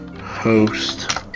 Host